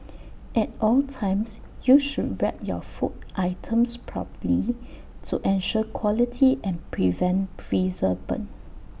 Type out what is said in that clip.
at all times you should wrap your food items properly to ensure quality and prevent freezer burn